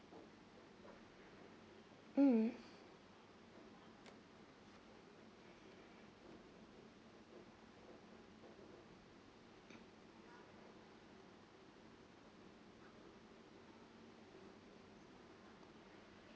mm